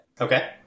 Okay